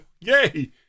yay